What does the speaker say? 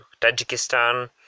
Tajikistan